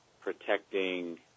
protecting